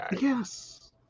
Yes